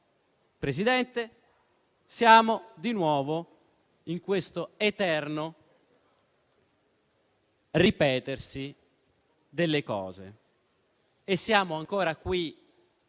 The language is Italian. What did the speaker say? Presidente, siamo di nuovo in questo eterno ripetersi delle cose e siamo ancora qui